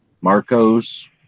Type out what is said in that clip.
Marcos